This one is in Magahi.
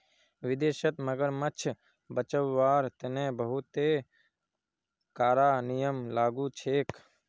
विदेशत मगरमच्छ बचव्वार तने बहुते कारा नियम लागू छेक